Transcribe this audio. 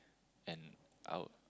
and our